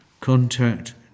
Contact